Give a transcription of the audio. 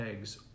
eggs